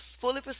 fully